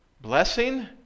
blessing